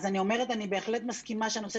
אז אני אומרת שאני בהחלט מסכימה שהנושא